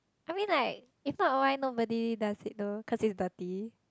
I mean like if not why nobody does it though cause it's dirty